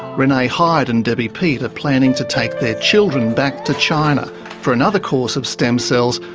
renee hyde and debbie peat are planning to take their children back to china for another course of stem cells,